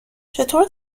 چطور